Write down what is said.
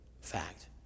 fact